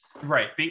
Right